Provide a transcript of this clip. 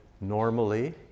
normally